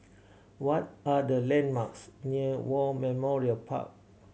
what are the landmarks near War Memorial Park